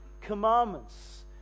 Commandments